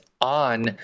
on